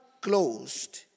closed